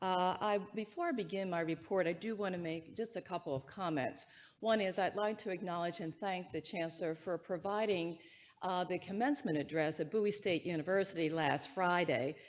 i'm before begin my report i do want to make just a couple of comments one is i'd like to acknowledge and thank the chancer for providing the commencement address of bui state university last friday.